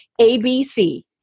ABC